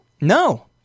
No